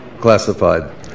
classified